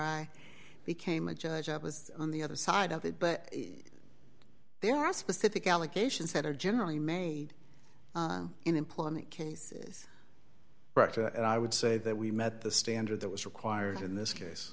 i became a judge i was on the other side of it but there are specific allegations that are generally made in employment cases brought to it and i would say that we met the standard that was required in this case